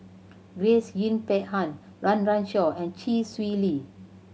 Grace Yin Peck Han Run Run Shaw and Chee Swee Lee